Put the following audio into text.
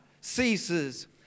ceases